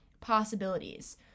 possibilities